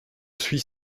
suis